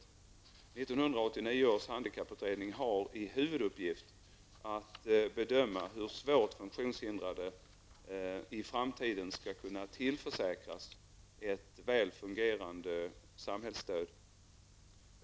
1989 års handikapputredning har i huvuduppgift att bedöma hur svårt funktionshindrade i framtiden skall kunna tillförsäkras ett väl fungerande samhällsstöd.